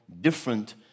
different